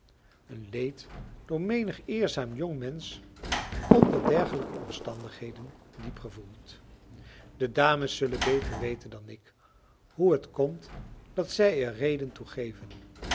een leed door menig eerzaam jong mensch onder dergelijke omstandigheden diep gevoeld de dames zullen beter weten dan ik hoe het komt dat zij er reden